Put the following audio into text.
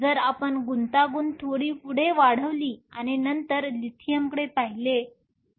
जर आपण गुंतागुंत थोडी पुढे वाढवली आणि नंतर लिथियमकडे पाहिले तर